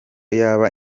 yaba